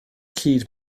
cyd